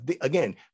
again